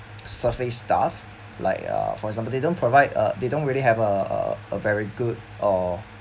surface stuff like uh for example they don't provide uh they don't really have a uh a very good or